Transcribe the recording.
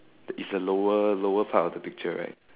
is a lower lower part of the picture right